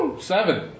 Seven